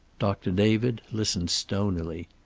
doctor david listened stonily.